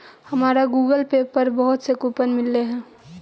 हमारा Google Pay पर बहुत से कूपन मिललई हे